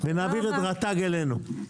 ונעביר את רט"ג אלינו.